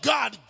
God